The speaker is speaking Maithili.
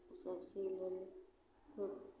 सभ सी लेलहुँ हुक